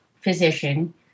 physician